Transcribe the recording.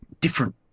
different